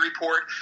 report